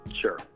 Sure